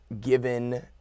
given